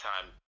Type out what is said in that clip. time